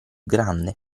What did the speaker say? grande